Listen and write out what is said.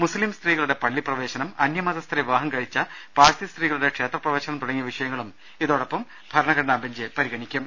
മുസ്ലിം സ്ത്രീകളുടെ പള്ളി പ്രവേശനം അന്യമതസ്ഥരെ വിവാഹം കഴിച്ച പാഴ്സി സ്ത്രീകളുടെ ക്ഷേത്രപ്രവേശനം തുടങ്ങിയ വിഷയങ്ങളും ഇതോടൊപ്പം സുപ്രീംകോടതി പരിഗണിക്കും